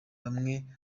bamwe